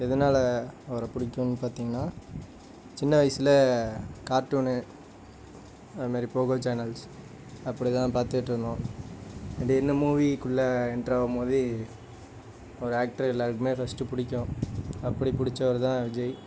எதனால அவரை பிடிக்குன்னு பார்த்திங்கனா சின்ன வயதில் கார்ட்டூனு அது மாதிரி போகோ சேனல்ஸ் அப்படிதான் பார்த்துக்கிட்டு இருந்தோம் திடீர்னு மூவிகுள்ள என்டர் ஆகும்போது ஒரு ஆக்டராக எல்லோருக்குமே ஃபஸ்ட்டு பிடிக்கும் அப்படி பிடிச்சவருதான் விஜய்